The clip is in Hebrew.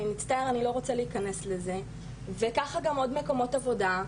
אני מצטער אני לא רוצה להיכנס לזה וככה עוד מקומות עבודה,